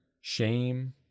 shame